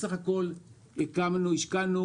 השקענו